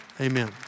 Amen